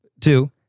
Two